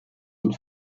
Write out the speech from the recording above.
ihn